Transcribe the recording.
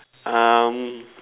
um